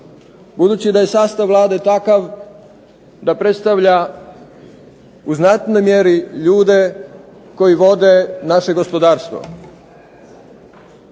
budući da je sastav Vlade takav da predstavlja u znatnoj mjeri ljude koji vode naše gospodarstvo